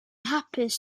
hapus